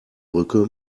brücke